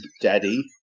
daddy